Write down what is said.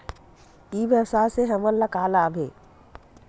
ई व्यवसाय से हमन ला का लाभ हे?